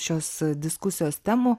šios diskusijos temų